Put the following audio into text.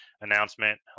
announcement